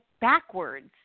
backwards